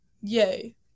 Yay